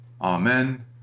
Amen